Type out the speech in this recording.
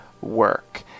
work